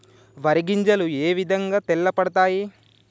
వరి గింజలు ఏ విధంగా తెల్ల పడతాయి?